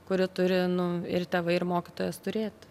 kuri turi nu ir tėvai ir mokytojas turėt